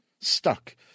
stuck